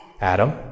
Adam